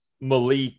Malik